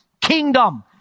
Kingdom